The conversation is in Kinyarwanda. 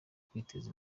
kwiteza